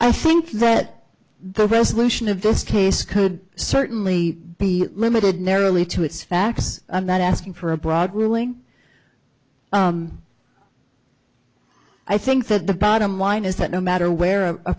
i think that the resolution of this case could certainly be limited narrowly to its facts i'm not asking for a broad ruling i think the bottom line is that no matter where